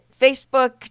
Facebook